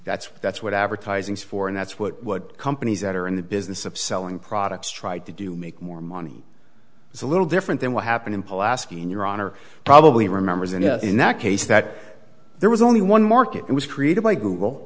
that's that's what advertising is for and that's what what companies that are in the business of selling products tried to do make more money is a little different than what happened in pelasgian your honor probably remembers and in that case that there was only one market was created by google